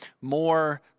more